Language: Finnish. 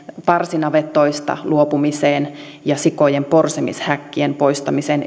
parsinavetoista luopumiseen ja sikojen porsimishäkkien poistamiseen